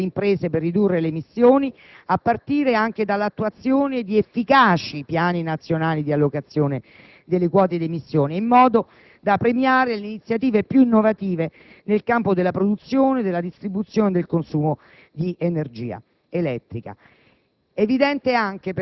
di responsabilizzazione del mondo delle imprese per ridurre le emissioni, a partire dall'attuazione di efficaci piani nazionali di allocazione delle quote di emissione, in modo da premiare le iniziative più innovative nel campo della produzione, della distribuzione e del consumo di energia